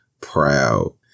proud